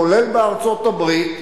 כולל בארצות-הברית,